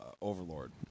Overlord